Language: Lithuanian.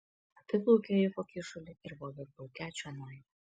apiplaukė rifo kyšulį ir buvo beplaukią čionai